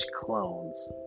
clones